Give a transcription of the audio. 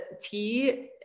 tea